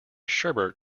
sherbet